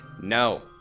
No